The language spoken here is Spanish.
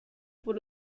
por